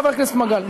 חבר הכנסת מגל,